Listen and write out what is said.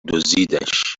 دزدیدش